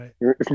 right